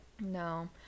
No